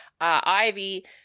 ivy